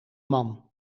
man